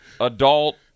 adult